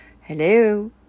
Hello